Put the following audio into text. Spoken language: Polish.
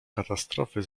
katastrofy